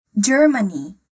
germany